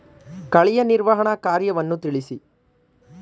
ಕಳೆಯ ನಿರ್ವಹಣಾ ಕಾರ್ಯವನ್ನು ತಿಳಿಸಿ?